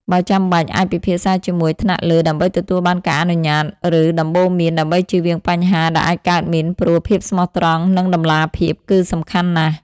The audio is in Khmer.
បើចាំបាច់ អាចពិភាក្សាជាមួយថ្នាក់លើដើម្បីទទួលបានការអនុញ្ញាត ឬដំបូន្មាន ដើម្បីជៀសវាងបញ្ហាដែលអាចកើតមានព្រោះ ភាពស្មោះត្រង់ និងតម្លាភាពគឺសំខាន់ណាស់។